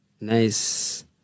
nice